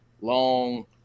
long